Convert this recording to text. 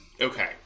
Okay